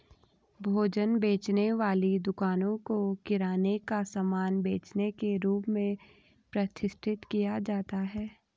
भोजन बेचने वाली दुकानों को किराने का सामान बेचने के रूप में प्रतिष्ठित किया जाता है